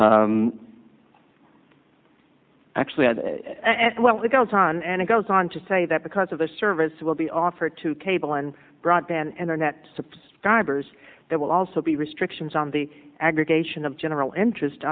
that actually as well it goes on and it goes on to say that because of the service will be offered to cable and broadband internet subscribers there will also be restrictions on the aggregation of general interest